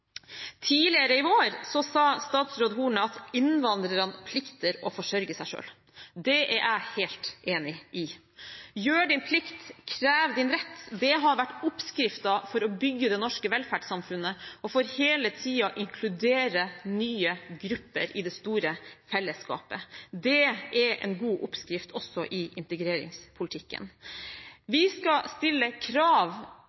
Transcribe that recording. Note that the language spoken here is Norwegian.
Tidligere i vår sa statsråd Horne at innvandrerne plikter å forsørge seg selv. Det er jeg helt enig i. Gjør din plikt, krev din rett – det har vært oppskriften for å bygge det norske velferdssamfunnet, og for hele tiden å inkludere nye grupper i det store fellesskapet. Det er en god oppskrift også i integreringspolitikken.